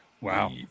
Wow